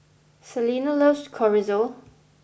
Salina loves Chorizo